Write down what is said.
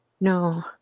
No